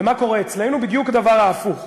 מה קורה אצלנו, בדיוק דבר הפוך,